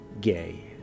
Gay